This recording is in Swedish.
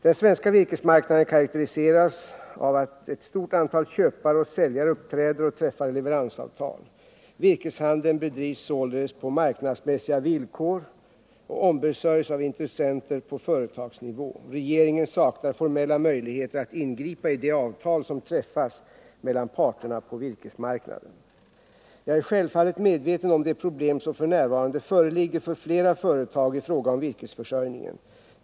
Den svenska virkesmarknaden karakteriseras av att ett stort antal köpare och säljare uppträder och träffar leveransavtal. Virkeshandeln bedrivs således på marknadsmässiga villkor och ombesörjs av intressenter på företagsnivå. Regeringen saknar formella möjligheter att ingripa i de avtal som träffas mellan parterna på virkesmarknaden. Jag är självfallet medveten om de problem som f. n. föreligger för flera företag i fråga om virkesförsörjningen.